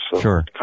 Sure